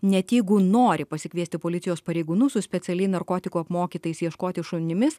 net jeigu nori pasikviesti policijos pareigūnus su specialiai narkotikų apmokytais ieškoti šunimis